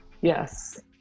yes